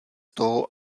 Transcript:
toho